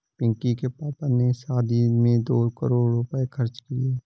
पिंकी के पापा ने शादी में दो करोड़ रुपए खर्च किए